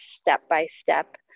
step-by-step